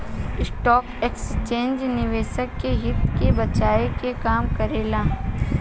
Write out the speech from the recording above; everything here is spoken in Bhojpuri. स्टॉक एक्सचेंज निवेशक के हित के बचाये के काम करेला